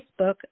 Facebook